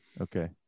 okay